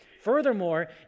Furthermore